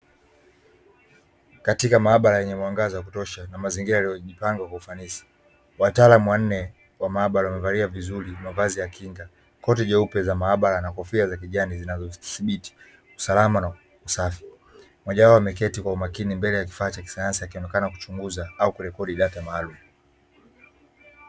Katika maabara yenye mwangaza wa kutosha na mazingira yaliojipanga kwa ufanisi. Wataalamu wanne wa maabara wamevalia vizuri mavazi ya kinga nguzo nyeupe za maabara na kofia za kijani, zinazodhibiti usalama na usafi; mmoja wao ameketi kwa umakini mbele ya kifaa cha kisayansi akionekana kuchunguza au kurekodi data maalumu.